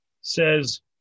Says